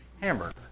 hamburger